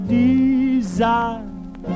desire